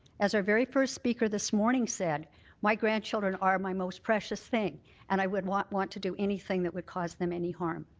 as our very first speaker this morning said my grandchildren are my most precious thing and i would not want to do anything that would cause them any harm.